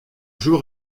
jour